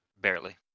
Barely